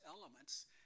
elements